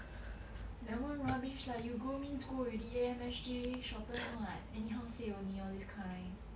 that one rubbish lah you grow means grow already eat M_S_G shorten what anyhow say only lor this kind